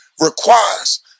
requires